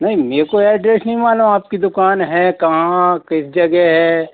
नहीं मेरे को एड्रेस नहीं मालूम आपकी दुकान है कहाँ किस जगह है